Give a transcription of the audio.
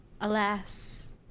alas